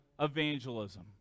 evangelism